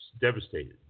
devastated